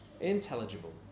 intelligible